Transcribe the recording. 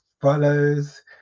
follows